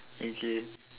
imagine